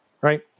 Right